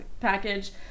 package